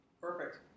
Perfect